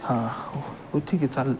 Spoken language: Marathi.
हां हो ठीक आहे चालेल